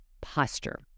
posture